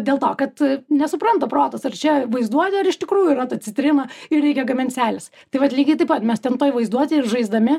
dėl to kad nesupranta protas ar čia vaizduotė ar iš tikrųjų yra ta citrina ir reikia gamint seiles tai vat lygiai taip pat mes ten toj vaizduotėj ir žaisdami